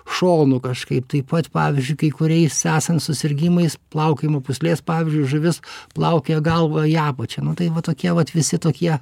šonu kažkaip taip pat pavyzdžiui kai kuriais esant susirgimais plaukiojimo pūslės pavyzdžiui žuvis plaukioja galva į apačią nu tai va tokie vat visi tokie